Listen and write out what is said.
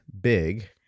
big